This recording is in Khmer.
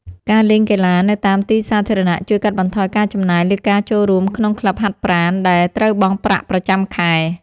ការលេងកីឡានៅតាមទីសាធារណៈជួយកាត់បន្ថយការចំណាយលើការចូលរួមក្នុងក្លឹបហាត់ប្រាណដែលត្រូវបង់ប្រាក់ប្រចាំខែ។